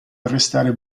arrestare